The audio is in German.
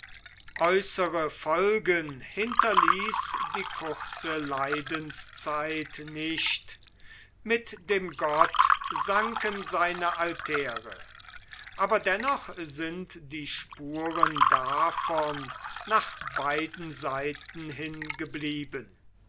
folgen hinterließ die kurze leidenszeit nicht mit dem gott sanken seine altäre aber dennoch sind die spuren davon nach beiden seiten hin